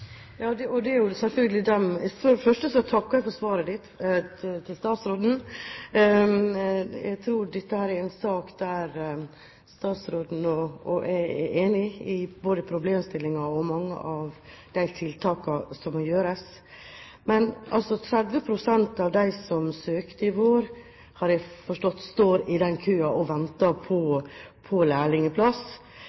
det første takker jeg for svaret fra statsråden. Jeg tror dette er en sak der statsråden og jeg er enige om både problemstillingen og mange av de tiltakene som må gjøres. Men 30 pst. av dem som søkte i vår, har jeg forstått står i den køen og venter på